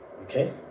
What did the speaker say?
Okay